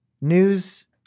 News